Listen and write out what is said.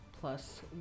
plus